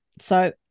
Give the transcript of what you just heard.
So-